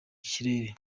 kirere